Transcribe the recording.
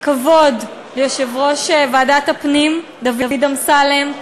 כבוד ליושב-ראש ועדת הפנים דוד אמסלם,